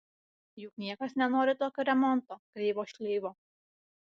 juk niekas nenori tokio remonto kreivo šleivo